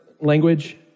language